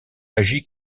agit